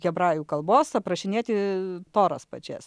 hebrajų kalbos aprašinėti toras pačias